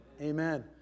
Amen